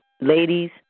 Ladies